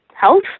health